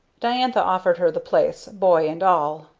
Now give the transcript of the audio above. diantha offered her the place, boy and all.